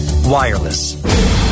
wireless